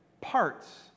parts